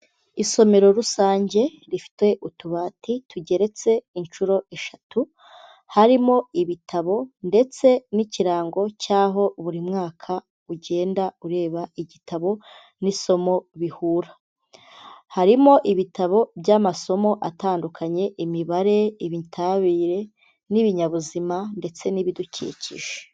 Isomero rusange rifite utubati tugeretse inshuro eshatu, harimo ibitabo ndetse n'ikirango cy'aho buri mwaka ugenda ureba igitabo n'isomo bihura. Harimo ibitabo by'amasomo atandukanye imibare, ibitabire n'ibinyabuzima ndetse n'ibidukikije.